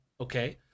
okay